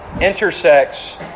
intersects